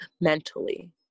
mentally